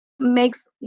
makes